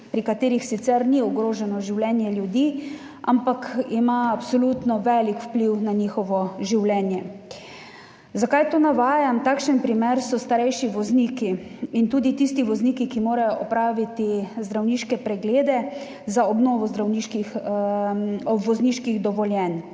pri katerih sicer ni ogroženo življenje, ampak ima absolutno velik vpliv na njihovo življenje. Zakaj to navajam? Takšen primer so starejši vozniki in tudi tisti vozniki, ki morajo opraviti zdravniške preglede za obnovo vozniških dovoljenj.